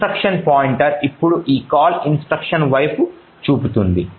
instruction pointer ఇప్పుడు ఈ call instruction వైపు చూపుతోంది